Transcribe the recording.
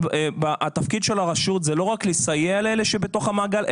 התפקיד של הרשות זה לא רק לסייע לאלה שבתוך המעגל,